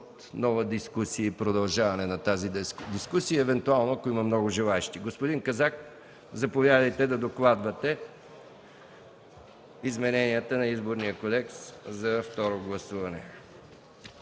нова дискусия и продължаване на тази дискусия, ако има много желаещи. Господин Казак, заповядайте да докладвате измененията на Изборния кодекс за второ гласуване.